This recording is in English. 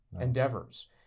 endeavors